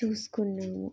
చూసుకున్నాము